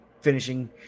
finishing